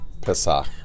Pesach